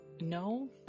No